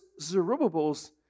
Zerubbabel's